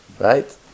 Right